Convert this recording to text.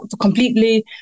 completely